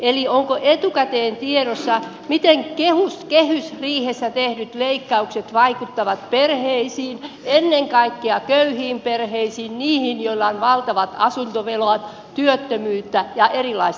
eli onko etukäteen tiedossa miten kehysriihessä tehdyt leikkaukset vaikuttavat perheisiin ennen kaikkea köyhiin perheisiin niihin joilla on valtavat asuntovelat työttömyyttä ja erilaista sairautta